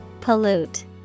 Pollute